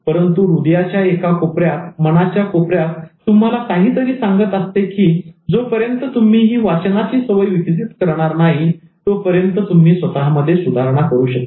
परंतु हृदयाच्या एका कोपऱ्यात मनाच्या कोपऱ्यात तुम्हाला काहीतरी सांगत असते की जोपर्यंत तुम्ही ही वाचनाची सवय विकसित करणार नाही तोपर्यंत तुम्ही स्वतःमध्ये सुधारणा करू शकत नाही